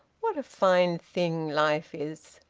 what a fine thing life is!